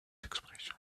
expressions